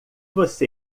você